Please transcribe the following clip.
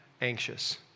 anxious